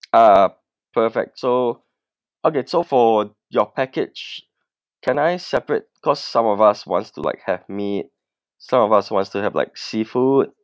ah perfect so okay so for your package can I separate cause some of us wants to like have meat some of us wants to have like seafood